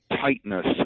tightness